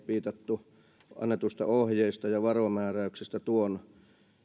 piitattu annetuista ohjeista ja varomääräyksistä tuon